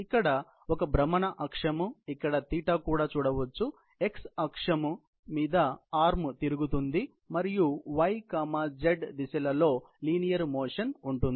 ఇక్కడ ఒక భ్రమణ అక్షం ఇక్కడ కూడా చూడవచ్చు x అక్షం మీద ఆర్మ్ తిరుగుతుంది మరియు y z దిశల లో లీనియర్ మోషన్ ఉంటుంది